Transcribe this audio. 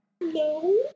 no